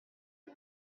que